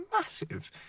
massive